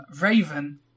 Raven